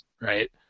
right